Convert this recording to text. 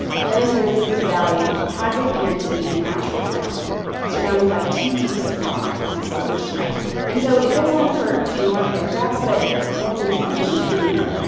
perez noticed that the valley had what appeared to be a natural fountain surrounded by two peaks of rock and silver snow and so it goes on for a few more paragraphs, but roman, a machine!